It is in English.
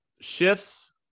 Shifts